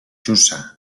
jussà